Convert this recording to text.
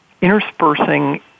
interspersing